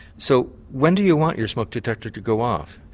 so when do you want your smoke detector to go off?